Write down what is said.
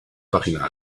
página